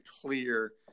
clear